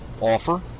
offer